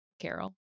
Carol